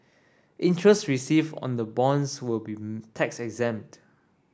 interest received on the bonds will be tax exempt